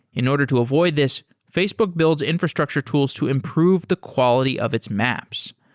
in order to avoid this, facebook builds infrastructure tools to improve the quality of its maps.